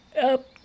up